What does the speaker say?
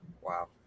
Wow